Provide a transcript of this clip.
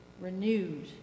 renewed